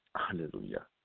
Hallelujah